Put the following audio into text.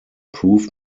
proof